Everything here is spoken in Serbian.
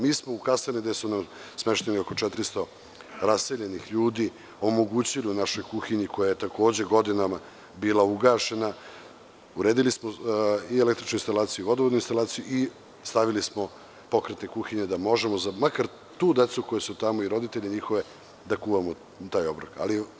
Mi smo u kasarne, gde nam je smešteno oko 400 raseljenih ljudi, omogućili našoj kuhinji koja je takođe godinama bila ugašena, uredili smo i električnu instalaciju i vodovodnu instalaciju i stavili smo pokretne kuhinje da možemo za makar tu decu koja su tamo i roditelje njihove da kuvamo taj obrok.